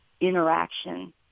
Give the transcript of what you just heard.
interaction